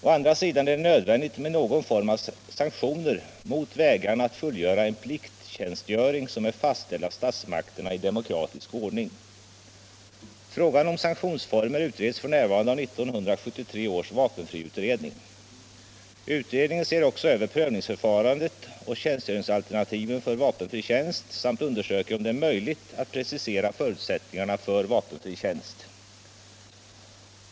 Å andra sidan är det nödvändigt med någon form av sanktioner mot vägran att fullgöra värnpliktstjänstgöring som är fastställd av statsmakterna i demokratisk ordning. Frågan om sanktionsformer utreds f. n. av 1973 års vapenfriutredning. Utredningen ser också över prövningsförfarandet och tjänstgöringsalternativen för vapenfri tjänst samt undersöker om det är möjligt att precisera förutsättningarna för vapenfri tjänst.